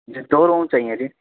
جی دو روم چاہیے جی